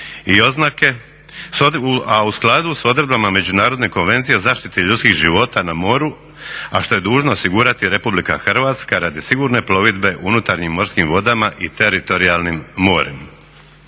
i oznake, a u skladu s odredbama Međunarodne konvencije o zaštiti ljudskih života na moru, a što je dužna osigurati Republika Hrvatska radi sigurne plovidbe unutarnjim morskim vodama i teritorijalnim morem.